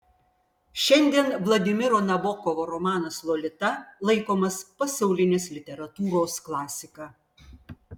šiandien vladimiro nabokovo romanas lolita laikomas pasaulinės literatūros klasika